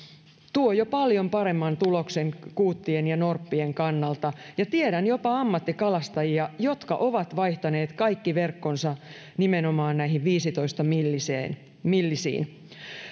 tuo jo paljon paremman tuloksen kuuttien ja norppien kannalta ja tiedän jopa ammattikalastajia jotka ovat vaihtaneet kaikki verkkonsa nimenomaan näihin viisitoista millisiin millisiin